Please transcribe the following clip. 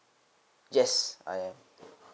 yes I am